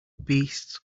beasts